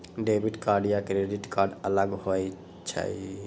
Debit card या credit card अलग होईछ ई?